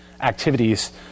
activities